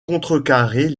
contrecarrer